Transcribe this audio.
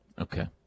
Okay